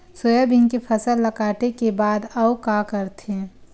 Soybean के फसल ल काटे के बाद आऊ का करथे?